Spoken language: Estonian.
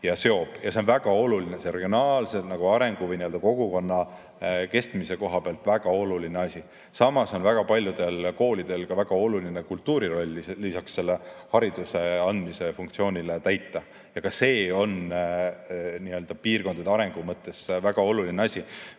See on väga oluline, see on regionaalse arengu või kogukonna kestmise koha pealt väga oluline asi. Samas on väga paljudel koolidel ka väga oluline kultuuriroll lisaks hariduse andmise funktsioonile. Ka see on piirkondade arengu mõttes väga oluline asi,